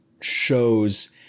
shows